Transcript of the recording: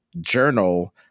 journal